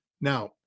Now